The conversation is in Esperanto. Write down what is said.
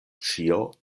ĉio